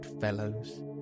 fellows